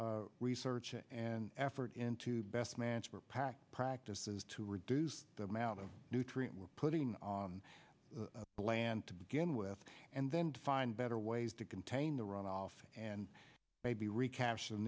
research and effort into best management pack practices to reduce the amount of nutrient we're putting on the plan to begin with and then to find better ways to contain the runoff and maybe recapture